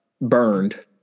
burned